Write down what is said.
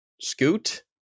Scoot